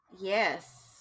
Yes